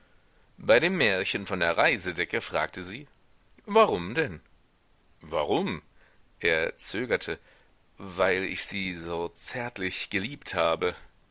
bei dem märchen von der reisedecke fragte sie warum denn warum er zögerte weil ich sie so zärtlich geliebt habe